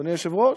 אדוני היושב-ראש?